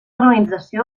urbanització